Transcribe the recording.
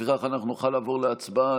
ולפיכך נוכל לעבור להצבעה.